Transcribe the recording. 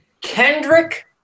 Kendrick